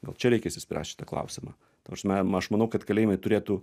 gal čia reikia išsispręst šitą klausimą ta prasme aš manau kad kalėjimai turėtų